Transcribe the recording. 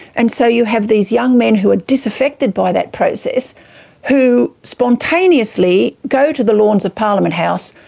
and so you have these young men who are disaffected by that process who spontaneously go to the lawns of parliament house,